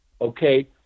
okay